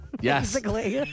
Yes